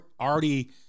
already